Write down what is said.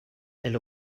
elle